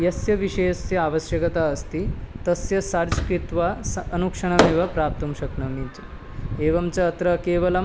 यस्य विषयस्य आवश्यकता अस्ति तस्य सर्च् कृत्वा स् अनुक्षणमेव प्राप्तुं शक्नोमि च एवं च अत्र केवलम्